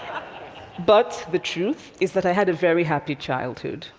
but the truth is that i had a very happy childhood,